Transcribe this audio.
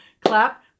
clap